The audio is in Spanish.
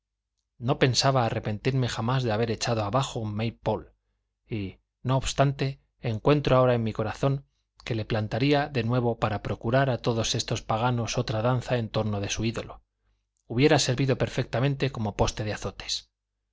no pensaba arrepentirme jamás de haber echado abajo un may pole y no obstante encuentro ahora en mi corazón que le plantaría de nuevo para procurar a todos estos paganos otra danza en torno de su ídolo hubiera servido perfectamente como poste de azotes